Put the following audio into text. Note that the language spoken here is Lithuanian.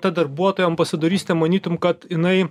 ta darbuotojo ambasadorystė manytum kad jinai